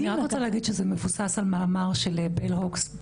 אני רק רוצה להגיד שזה מבוסס על מאמר של ביל הוקס.